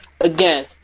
again